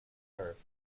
purse